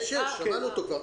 יש, שמענו אותו כבר.